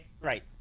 Right